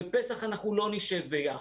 בפסח אנחנו לא נשב ביחד.